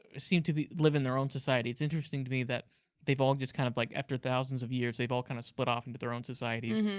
ah seem to live in their own society. it's interesting to me that they've all just, kind of like after thousands of years, they've all kind of split off into their own societies,